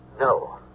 No